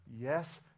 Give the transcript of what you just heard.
Yes